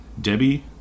Debbie